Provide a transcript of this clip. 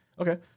Okay